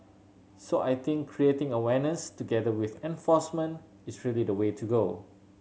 so I think creating awareness together with enforcement is really the way to go